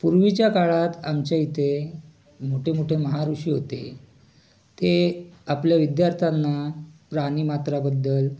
पूर्वीच्या काळात आमच्या इथे मोठेमोठे महाऋषी होते ते आपल्या विद्यार्थ्यांना प्राणिमात्रांबद्दल